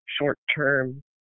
short-term